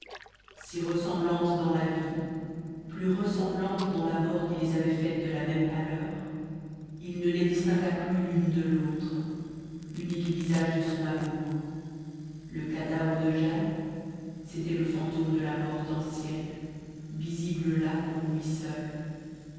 si ressemblantes dans la vie plus ressemblantes dans la mort qui les avait faites de la même pâleur il ne les distingua plus l'une de lautre unique visage de son amour le cadavre de jane c'était le fantôme de la morte ancienne visible là pour lui seul